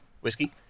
whiskey